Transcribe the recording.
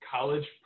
College